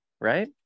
right